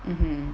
mmhmm